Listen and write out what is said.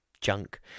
junk